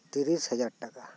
ᱛᱤᱨᱤᱥ ᱦᱟᱡᱟᱨ ᱴᱟᱠᱟ